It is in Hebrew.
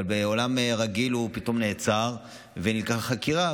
בעולם רגיל הוא נעצר ונלקח לחקירה,